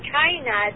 China